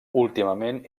últimament